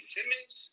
Simmons